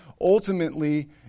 ultimately